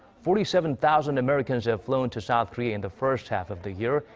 forty-seven thousand americans have flown to south korea in the first half of the year.